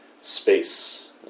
space